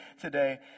today